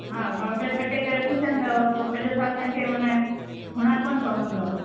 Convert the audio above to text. हा पाउडर छटे करे रखी छॾींदव पोइ सॼो सालु तव्हांखे माना घुणा कान पवंदव